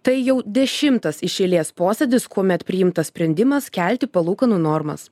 tai jau dešimtas iš eilės posėdis kuomet priimtas sprendimas kelti palūkanų normas